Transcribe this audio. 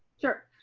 sure.